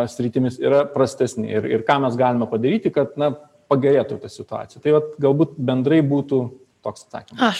sritimis yra prastesni ir ir ką mes galime padaryti kad na pagerėtų ta situacija tai vat galbūt bendrai būtų toks atsakymas